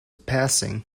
passing